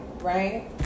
right